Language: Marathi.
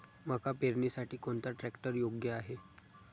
मका पेरणीसाठी कोणता ट्रॅक्टर योग्य आहे?